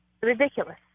ridiculous